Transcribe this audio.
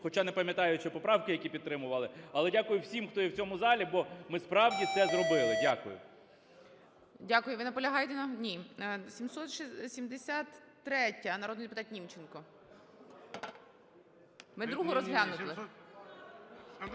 хоча не пам'ятаю, чи поправки які підтримували, але дякую всім, хто є в цьому залі, бо ми, справді, це зробили. Дякую. ГОЛОВУЮЧИЙ. Дякую. Ви наполягаєте на…? Ні. 773-я, народний депутат Німченко. Ми 2-у розглянули.